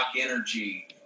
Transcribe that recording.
Energy